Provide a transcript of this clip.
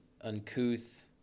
uncouth